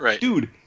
dude